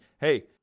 hey